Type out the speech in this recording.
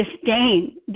disdain